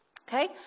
okay